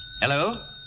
Hello